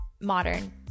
modern